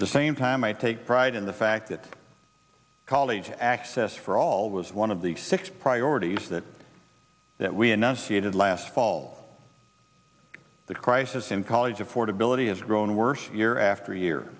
the same time i take pride in the fact that college access for all those one of the six priorities that that we enunciated last fall the crisis in college affordability has grown worse year after year